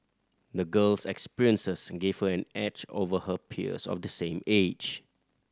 the girl's experiences gave her an edge over her peers of the same age